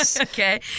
Okay